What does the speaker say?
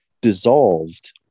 dissolved